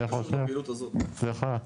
סליחה.